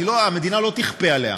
המדינה לא תכפה עליה,